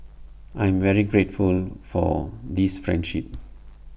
I'm very grateful for this friendship